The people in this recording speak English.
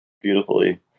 beautifully